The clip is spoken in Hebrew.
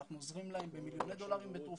אנחנו עוזרים להם במיליוני דולרים בתרופות,